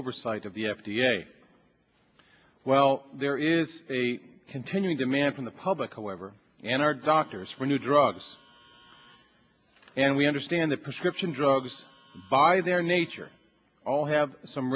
oversight of the f d a well there is a continuing demand from the public however and our doctors for new drugs and we understand the prescription drugs by their nature all have some